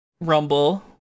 rumble